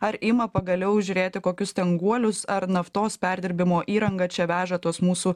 ar ima pagaliau žiūrėti kokius ten guolius ar naftos perdirbimo įrangą čia veža tos mūsų